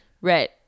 right